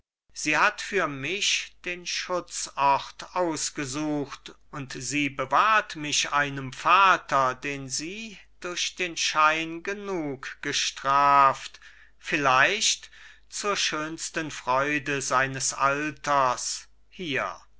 sie hat für mich den schutzort ausgesucht und sie bewahrt mich einem vater den sie durch den schein genug gestraft vielleicht zur schönsten freude seines alters hier